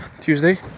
Tuesday